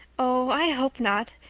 oh, i hope not.